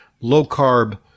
low-carb